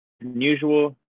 unusual